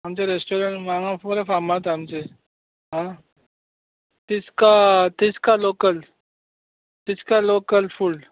आमचे रेस्टोरंट हांगा खूब फामाद हा आमचे आ तिस्का तिस्का लोकल तिस्कार लोकल फूड